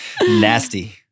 Nasty